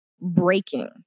breaking